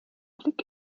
blick